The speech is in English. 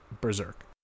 Berserk